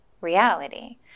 reality